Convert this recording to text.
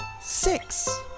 Six